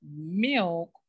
milk